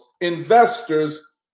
investors